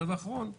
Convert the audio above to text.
הדבר האחרון,